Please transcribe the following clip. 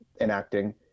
enacting